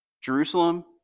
Jerusalem